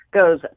goes